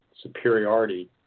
superiority